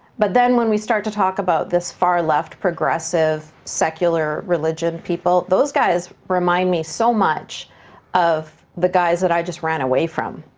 but then when we start to talk about this far-left progressive, secular-religion people, those guys remind me so much of the guys that i just ran away from,